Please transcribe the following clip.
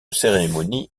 cérémonie